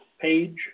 page